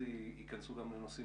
לקבל שירותי